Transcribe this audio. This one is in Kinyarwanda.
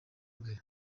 bwe